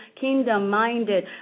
kingdom-minded